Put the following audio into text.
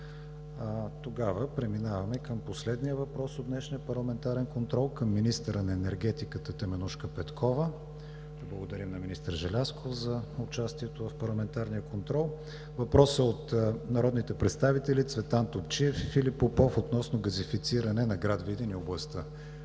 Не. Преминаваме към последния въпрос от днешния парламентарен контрол към министър Теменужка Петкова. Благодарим на министър Желязков за участието в парламентарния контрол. Въпрос от народните представители Цветан Топчиев и Филип Попов относно газифициране на град Видин и областта.